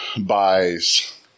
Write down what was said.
buys